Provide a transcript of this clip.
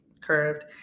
curved